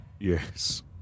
Yes